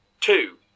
two